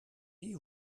die